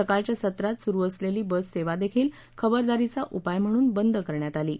सकाळच्या सत्रात सुरू असलेली बस सेवा देखील खबरदारीचा उपाय म्हणून बंद करण्यात आली आहे